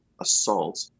assault